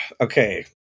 Okay